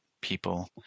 people